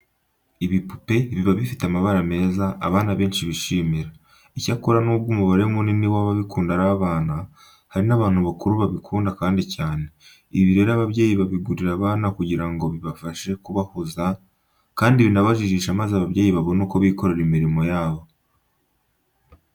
Ibipupe biba bifite amabara meza abana benshi bishimira. Icyakora nubwo umubare munini w'ababikunda ari abana, hari n'abantu bakuru babikunda kandi cyane. Ibi rero ababyeyi babigurira abana kugira ngo bibafashe kubahuza kandi binabajijishe maze ababyeyi babone uko bikorera imirimo yabo.